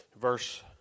Verse